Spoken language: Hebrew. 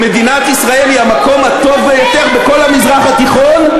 שמדינת ישראל היא המקום הטוב ביותר בכל המזרח התיכון,